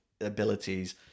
abilities